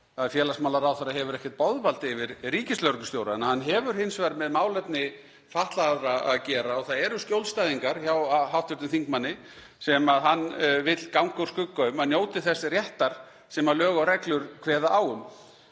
félagsmálaráðherra hefur ekkert boðvald yfir ríkislögreglustjóra en hann hefur hins vegar með málefni fatlaðra að gera og það eru skjólstæðingar hjá ráðherra sem hann vill ganga úr skugga um að njóti þess réttar sem lög og reglur kveða á um.